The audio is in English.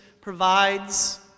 provides